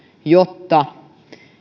jotta